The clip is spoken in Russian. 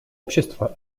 общества